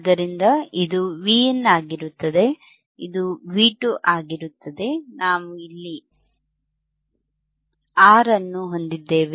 ಆದ್ದರಿಂದ ಇದು Vin ಆಗಿರುತ್ತದೆ ಇದು V 2 ಆಗಿರುತ್ತದೆ ನಾವು ಇಲ್ಲಿ R ಅನ್ನು ಹೊಂದಿದ್ದೇವೆ